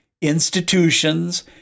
institutions